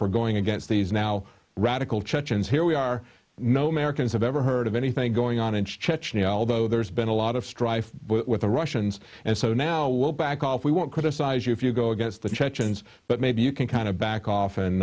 for going against these now radical chechens here we are no americans have ever heard of anything going on in chechnya although there's been a lot of strife with the russians and so now we'll back off we won't criticize you if you go against the chechens but maybe you can kind of back of